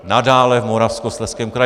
Nadále v Moravskoslezském kraji.